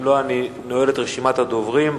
אם לא, אני נועל את רשימת הדוברים.